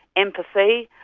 empathy,